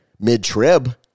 mid-trib